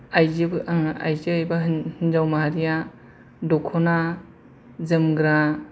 आइजो ओ आइजो एबा हिनजाव माहारिया दखना जोमग्रा